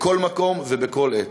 בכל מקום ובכל עת.